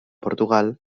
portugal